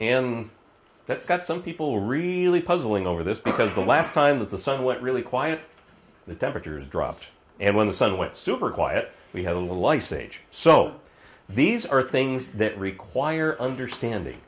and that's got some people really puzzling over this because the last time that the somewhat really quiet the temperature dropped and when the sun went super quiet we have a little ice age so these are things that require understanding